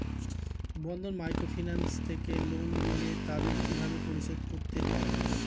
বন্ধন microfinance থেকে loan নিলে তাদের কিভাবে পরিশোধ করতে হয়?